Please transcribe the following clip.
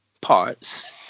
parts